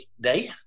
day